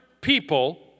people